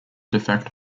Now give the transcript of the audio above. defect